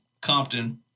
Compton